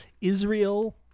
Israel